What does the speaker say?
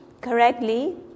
correctly